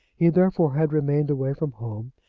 he therefore had remained away from home,